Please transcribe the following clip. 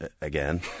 again